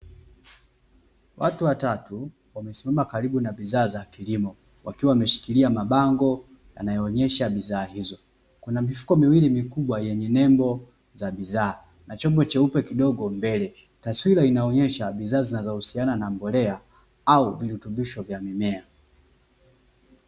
Watu watatu wamesimama karibu na bidhaa za kilimo wakiwa wameshikilia mabango yanayoonyesha bidhaa hizo. Kuna mifuko miwili mikubwa yenye nembo za bidhaa na chombo cheupe kidogo mbele, taswira inayoonyesha bidhaa zinazohusiana na mbolea au virutubisho vya mimea.